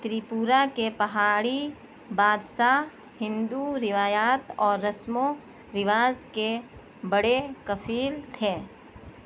تریپورہ کے پہاڑی بادساہ ہندو روایات اور رسم و رواز کے بڑے کفیل تھے